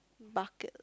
bucket